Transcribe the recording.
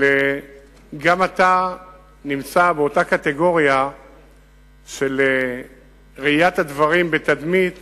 אבל גם אתה נמצא באותה קטגוריה של ראיית הדברים בתדמית